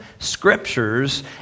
scriptures